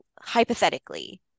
hypothetically